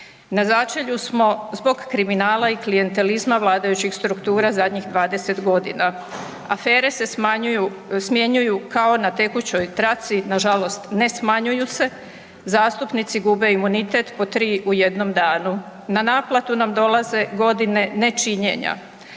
Na začelju smo zbog kriminala i klijentelizma vladajućih struktura zadnjih 20 godina. Afere se smanjuju, smjenjuju kao na tekućoj traci, nažalost, ne smanjuju se. Zastupnici gube imunitet po 3 u jednom danu. Na naplatu nam dolaze godine nečinjenja.